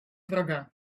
wroga